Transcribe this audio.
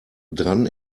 dran